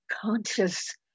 conscious